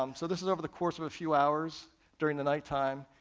um so this is over the course of a few hours during the nighttime,